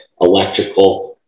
electrical